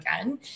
again